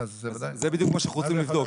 זה בדיוק מה שאנחנו רוצים לבדוק.